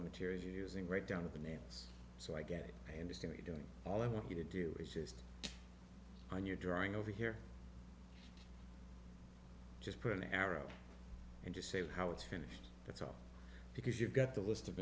the material you using right down to the nails so i get it and it's going to be doing all i want you to do is just on your drawing over here just put an arrow and you saved how it's finished that's all because you've got the list of